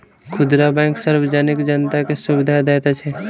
खुदरा बैंक सार्वजनिक जनता के सुविधा दैत अछि